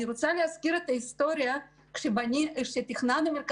אני רוצה להזכיר את ההיסטוריה כשתכננו לפני 12 שנה